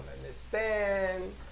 understand